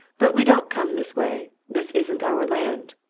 but we don't come this way this isn't our land.